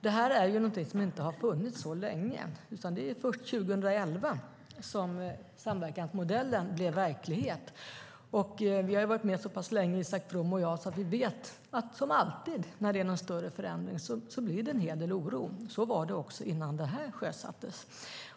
Samverkansmodellen har ju inte funnits så länge, utan det var först 2011 som den blev verklighet. Vi har varit med så pass länge, Isak From och jag, att vi vet att som alltid vid större förändringar blir det en hel del oro. Så var det också innan samverkansmodellen sjösattes.